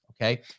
Okay